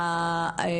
זו הרגשתי.